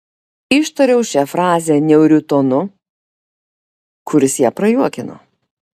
ištariau šią frazę niauriu tonu kuris ją prajuokino